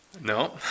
No